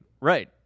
Right